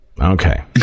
Okay